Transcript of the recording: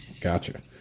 Gotcha